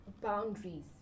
boundaries